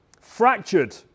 fractured